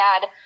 add